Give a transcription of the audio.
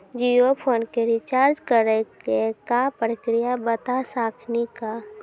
Jio phone के recharge करे के का प्रक्रिया बता साकिनी का?